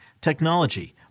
technology